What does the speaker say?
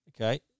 Okay